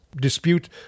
dispute